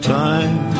time